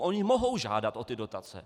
Oni mohou žádat o dotace.